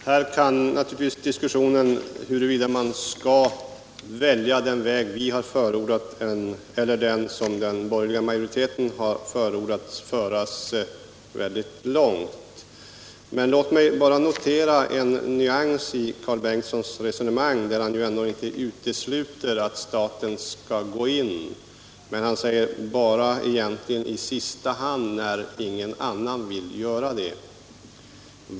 Herr talman! Diskussionen om huruvida man skall välja den väg vi har förordat eller den som den borgerliga majoriteten har föreslagit kan föra mycket långt. Låt mig bara notera en nyans i Karl Bengtssons resonemang. Han utesluter ändå inte att staten skall gå in men bara, säger han, i sista hand när ingen annan vill göra det.